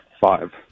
Five